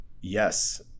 Yes